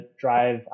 drive